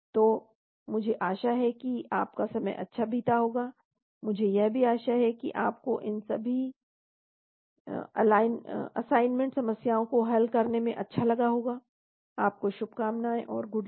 तो मुझे आशा है कि आपका समय अच्छा बीता होगा मुझे यह भी आशा है कि आपको इन सभी असाइनमेंट समस्याओं को हल करने में अच्छा लगा होगा आप को शुभकामनाएं और गुड लक